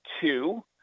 two